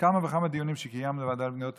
בכמה וכמה דיונים שקיימנו בוועדה לפניות הציבור: